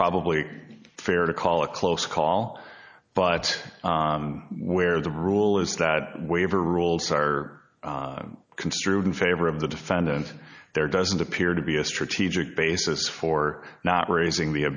probably fair to call a close call but where the rule is that waiver rules are construed in favor of the defendant there doesn't appear to be a strategic basis for not raising the